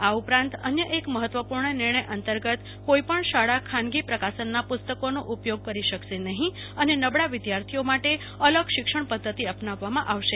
આ ઉપરાંત અન્ય એક મહત્વપૂર્ણ નિર્ણય અંતર્ગત કોઇપણ શાળા ખાનગી પ્રકાશનના પુસ્તકોનો ઉપયોગ કરી શકાશે નહિ અને નબળા વિદ્યાર્થીઓ માટે અલગ શિક્ષણ પધ્ધતિ અપનાવવામાં આવશે